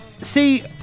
See